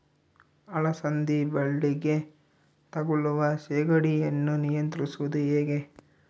ಅಲಸಂದಿ ಬಳ್ಳಿಗೆ ತಗುಲುವ ಸೇಗಡಿ ಯನ್ನು ನಿಯಂತ್ರಿಸುವುದು ಹೇಗೆ?